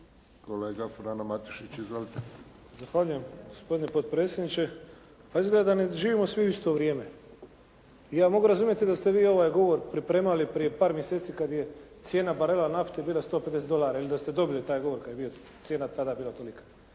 Frano (HDZ)** Zahvaljujem gospodine potpredsjedniče. Pa izgleda da ne živimo svi u isto vrijeme. Ja mogu razumjeti da ste vi ovaj govori pripremali prije par mjeseci kad je cijena barela nafte bila 150 dolara ili da ste dobili taj govor kad je cijena tada bila tolika,